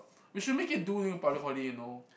we should make him do during public holiday you know